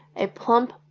a plump,